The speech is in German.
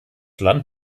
land